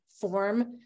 form